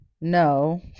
no